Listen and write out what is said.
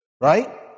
Right